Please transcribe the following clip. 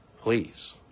please